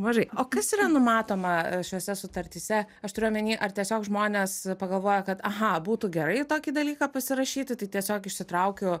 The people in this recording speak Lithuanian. mažai o kas yra numatoma šiose sutartyse aš turiu omeny ar tiesiog žmonės pagalvoja kad aha būtų gerai tokį dalyką pasirašyti tai tiesiog išsitraukiu